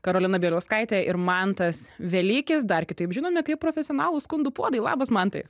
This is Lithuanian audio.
karolina bieliauskaitė ir mantas velykis dar kitaip žinomi kaip profesionalūs skundų puodai labas mantai